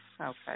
Okay